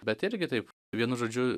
bet irgi taip vienu žodžiu